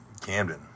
Camden